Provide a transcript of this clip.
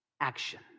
action